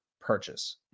purchase